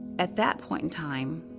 at that point in time,